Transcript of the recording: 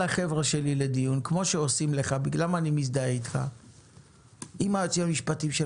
ארז קמיניץ, שהיה אז המשנה ליועץ המשפטי,